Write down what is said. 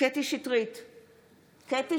קטי קטרין שטרית,